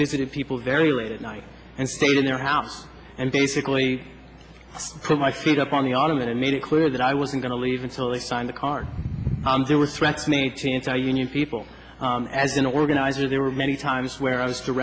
visited people very late at night and stayed in their house and basically put my feet up on the ottoman and made it clear that i wasn't going to leave until they signed the card and there were threats made to anti union people as an organizer there were many times where i was